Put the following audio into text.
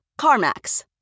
CarMax